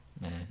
Man